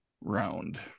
round